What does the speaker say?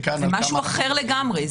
זה משהו אחר לגמרי.